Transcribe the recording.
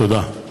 תודה.